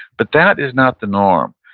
but that is not the norm.